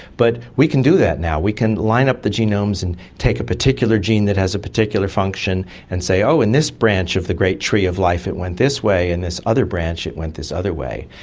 but we can do that now, we can line up the genomes and take a particular gene that has a particular function and say, oh, in this branch of the great tree of life it went this way and in this other branch it went this other way.